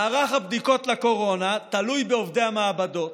מערך הבדיקות לקורונה תלוי בעובדי המעבדות,